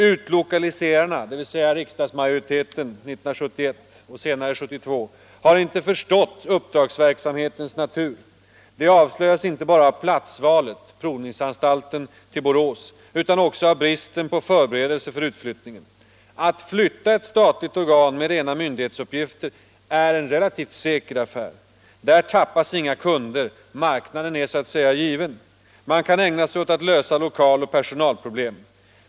Utlokaliserarna” — dvs. riksdagsmajoriteten 1971 och senare 1972 — ”har inte förstått uppdragsverksamhetens natur. Det avslöjas inte bara av platsvalet — Provningsanstalten till Borås — utan också av bristen på förberedelser för utflyttningen. Att flytta ett statligt organ med rena myndighetsuppgifter är en säker affär, där tappas inga kunder, ”marknaden” är given. Man kan ägna sig åt att lösa lokaloch personalproblem.